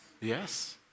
Yes